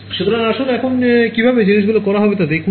সুতরাং আসুন এখন কীভাবে জিনিসগুলি করা হয় তা দেখুন